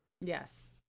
yes